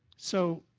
so